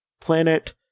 planet